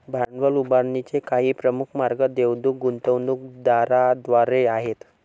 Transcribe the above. भांडवल उभारणीचे काही प्रमुख मार्ग देवदूत गुंतवणूकदारांद्वारे आहेत